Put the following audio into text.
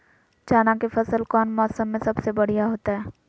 चना के फसल कौन मौसम में सबसे बढ़िया होतय?